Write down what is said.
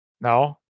No